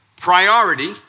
priority